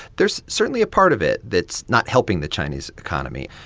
there's certainly a part of it that's not helping the chinese economy.